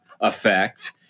effect